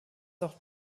auch